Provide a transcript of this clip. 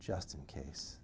just in case